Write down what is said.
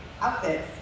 outfits